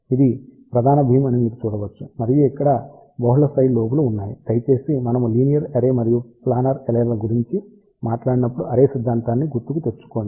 ఇది ప్రధాన బీమ్ అని మీరు చూడవచ్చు మరియు అక్కడ బహుళ సైడ్ లోబ్లు ఉన్నాయి దయచేసి మనము లీనియర్ అర్రే మరియు ప్లానార్ అర్రే గురించి మాట్లాడినప్పుడు అర్రే సిద్ధాంతాన్ని గుర్తుకు తెచ్చుకోండి